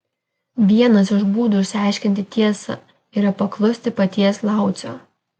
vienas iš būdų išsiaiškinti tiesą yra paklausti paties laucio